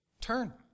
Turn